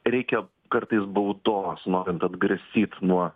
reikia kartais baudos norint atgrasyt nuo